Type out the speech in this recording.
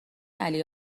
علی